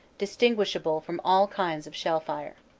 distinguishable from all kinds of shell fire.